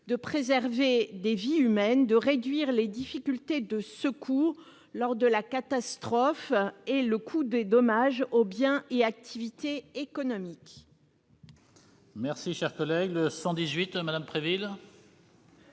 de préserver des vies humaines, de réduire les difficultés des secours lors de la catastrophe et le coût des dommages aux biens et activités économiques.